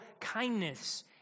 kindness